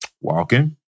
Walking